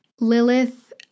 Lilith